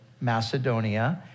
macedonia